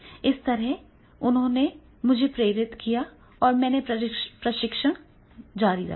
इस तरह उन्होंने उसे प्रेरित किया और मैंने प्रशिक्षण जारी रखा